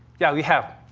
yeah, we have.